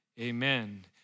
Amen